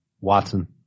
Watson